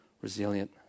resilient